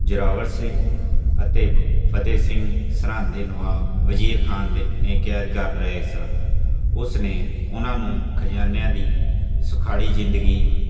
ਜ਼ੋਰਾਵਰ ਸਿੰਘ ਅਤੇ ਫਤਿਹ ਸਿੰਘ ਸਰਹੰਦ ਦੇ ਨਵਾਬ ਵਜ਼ੀਰ ਖਾਨ ਦੇ ਨੇ ਕੈਦ ਕਰ ਲਏ ਸਨ ਉਸ ਨੇ ਉਹਨਾਂ ਨੂੰ ਖਜ਼ਾਨਿਆਂ ਦੀ ਸੁਖਾਲੀ ਜ਼ਿੰਦਗੀ